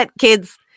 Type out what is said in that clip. kid's